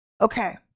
okay